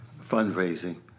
fundraising